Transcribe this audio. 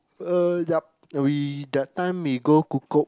uh yup we that time we go Kukup